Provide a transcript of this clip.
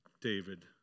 David